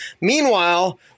Meanwhile